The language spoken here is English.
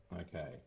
Okay